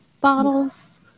bottles